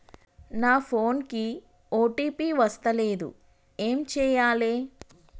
నా ఫోన్ కి ఓ.టీ.పి వస్తలేదు ఏం చేయాలే?